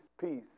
peace